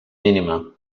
mínima